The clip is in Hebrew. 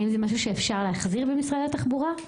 האם זה משהו שאפשר להחזיר במשרד התחבורה?